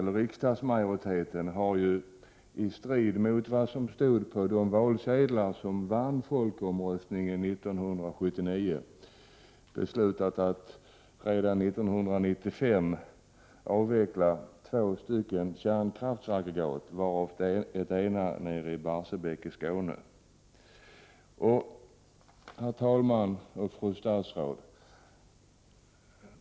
Riksdagsmajoriteten har, i strid mot vad som stod på de valsedlar som vann folkomröstningen 1979, beslutat att redan 1995 avveckla två kärnkraftsaggregat, varav det ena i Barsebäck i Skåne. Herr talman!